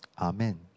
Amen